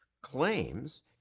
claims